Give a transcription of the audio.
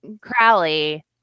Crowley